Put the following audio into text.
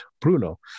Bruno